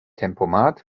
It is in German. tempomat